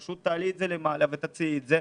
פשוט תעלי את זה למעלה ותציעי את זה.